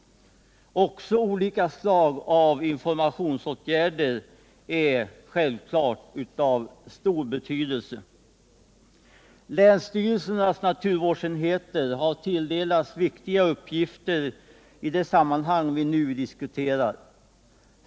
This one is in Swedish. Olika slag av informationsåtgärder är självklart också av stor betydelse. Länsstyrelsernas naturvårdsenheter har tilldelats viktiga uppgifter i det sammanhang vi nu diskuterar.